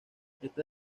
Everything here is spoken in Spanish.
esta